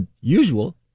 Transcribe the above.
usual